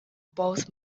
both